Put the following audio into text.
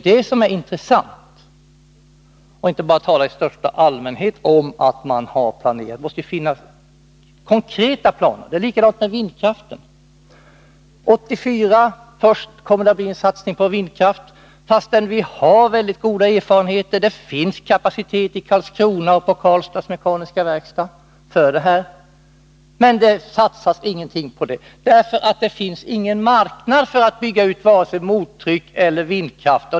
Detta är det intressanta — det går inte att tala bara i största allmänhet om att man har planerat. Det måste ju finnas konkreta planer. Det är likadant med vindkraften. Först 1984 kommer det att bli en satsning på vindkraft, fastän vi har mycket goda erfarenheter och det finns kapacitet i Karlskrona och på Karlstads mekaniska verkstad för detta. Men det satsas ingenting på detta därför att det inte finns någon marknad för att bygga ut vare sig mottryck eller vindkraft.